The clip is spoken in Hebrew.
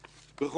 בכל זאת,